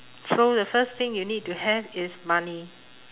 so the first thing you need to have is money